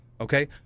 okay